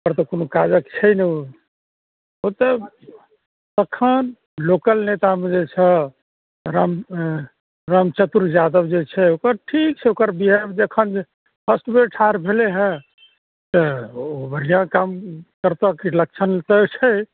ओकर तऽ कोनो काजक छै ने ओ बहुते तखन लोकल नेतामे जे छह राम राम चतुर यादव जे छै ओकर ठीक छै ओकर बिहेव देखऽ जे फस्ट बेर ठार भेलइए तऽ ओ बढ़िआँ काम करतह से लक्षण तऽ छै